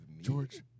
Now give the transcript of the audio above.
George